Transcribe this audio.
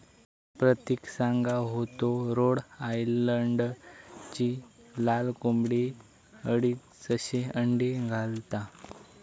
प्रतिक सांगा होतो रोड आयलंडची लाल कोंबडी अडीचशे अंडी घालता